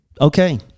Okay